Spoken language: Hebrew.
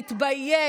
את מדברת על שררה?